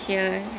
ya